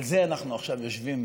על זה אנחנו עכשיו יושבים,